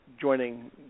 joining